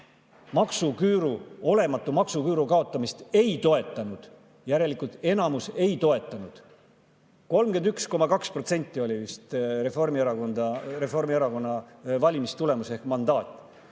mandaadi, olematu maksuküüru kaotamist ei toetanud. Järelikult enamus seda ei toetanud. 31,2% oli vist Reformierakonna valimistulemus ehk mandaat.